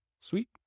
Sweet